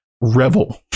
revel